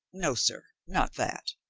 no, sir, not that.